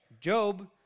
Job